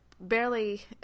barely